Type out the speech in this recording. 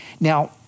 Now